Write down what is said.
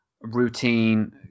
routine